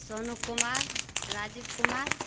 Sonu Kumar Rajiv Kumar